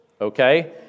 okay